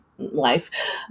life